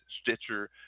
Stitcher